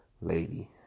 lady